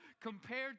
compared